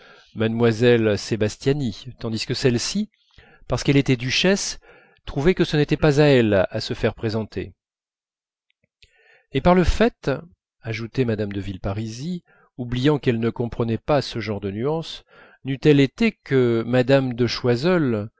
mlle sebastiani tandis que celle-ci parce qu'elle était duchesse trouvait que ce n'était pas à elle à se faire présenter et par le fait ajoutait mme de villeparisis oubliant qu'elle ne comprenait pas ce genre de nuances n'eût-elle été que mme de choiseul